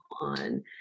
on